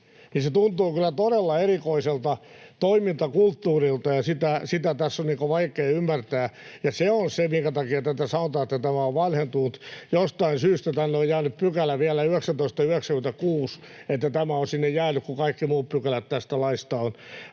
Se tuntuu kyllä todella erikoiselta toimintakulttuurilta, ja sitä tässä on vaikea ymmärtää. Se on se, minkä takia tästä sanotaan, että tämä on vanhentunut. Jostain syystä tänne on jäänyt pykälä vielä 1996, niin että tämä on sinne jäänyt, kun kaikki muut pykälät tästä laista on